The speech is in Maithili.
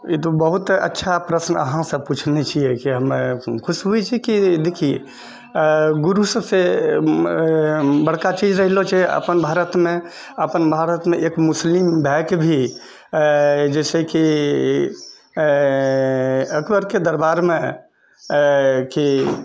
ई तऽ बहुत अच्छा प्रश्न अहाँ सब पूछने छिऐ कि हमे खुश भी छिऐ कि देखी गुरुसँ बड़का चीज रहलो छै अपन भारतमे अपन भारतमे एक मुस्लिम भएके भी जे छै कि अकबरके दरबारमे की